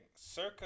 circa